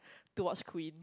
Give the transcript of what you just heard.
to watch Queen